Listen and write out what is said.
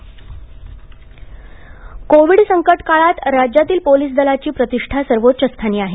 Anil Deshmukh Covid संकट काळांत राज्यातील पोलीस दलाची प्रतिष्ठा सर्वोच्च स्थानी आहे